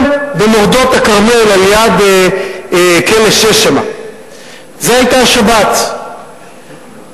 במורדות הכרמל על-יד כלא 6. זו היתה השבת טראומה,